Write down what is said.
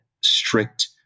strict